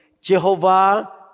Jehovah